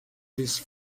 these